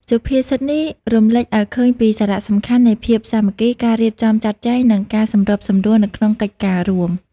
សុភាសិតនេះរំលេចឲ្យឃើញពីសារៈសំខាន់នៃភាពសាមគ្គី ការរៀបចំចាត់ចែង និងការសម្របសម្រួលនៅក្នុងកិច្ចការរួម។